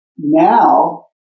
Now